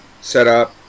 setup